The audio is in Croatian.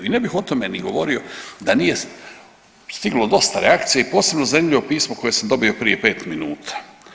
I ne bih o tome ni govorio da nije stiglo dosta reakcija i posebno zanimljivo pismo koje sam dobio prije pet minuta.